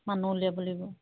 মানুহ উলিয়াব লাগিব